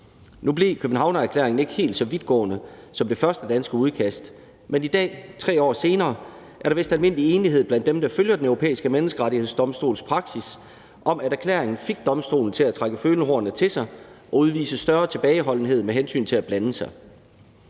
Nu blev Københavnerklæringen ikke helt så vidtgående, som det første danske udkast, men i dag, 3 år senere, er der vist almindelig enighed blandt dem, der følger Den Europæiske Menneskerettighedsdomstols praksis, om, at erklæringen fik domstolen til at trække følehornene til sig og udvise større tilbageholdenhed med hensyn til at blande sig.